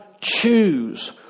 choose